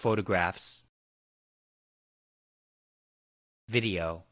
photographs video